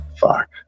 Fuck